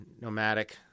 nomadic